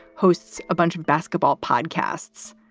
hosts a bunch of basketball podcasts.